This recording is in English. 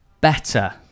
better